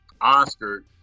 Oscar